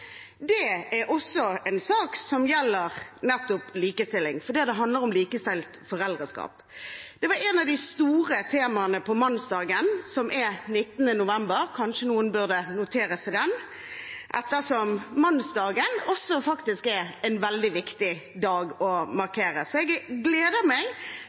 Det er også en sak som gjelder likestilling, fordi det handler om likestilt foreldreskap. Det var et av de store temaene på mannsdagen, som er 19. november – kanskje noen burde notere seg den, ettersom mannsdagen også er en veldig viktig dag å markere. Jeg gleder meg